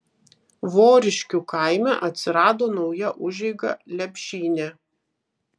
voriškių kaime atsirado nauja užeiga lepšynė